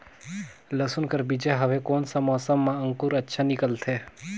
लसुन कर बीजा हवे कोन सा मौसम मां अंकुर अच्छा निकलथे?